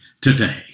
today